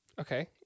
Okay